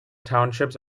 townships